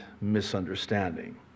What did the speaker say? misunderstanding